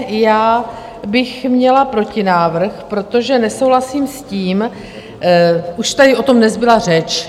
Já bych měla protinávrh, protože nesouhlasím s tím už tady o tom dnes byla řeč.